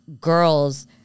girls